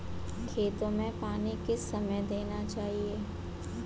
खेतों में पानी किस समय देना चाहिए?